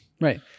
Right